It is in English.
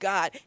God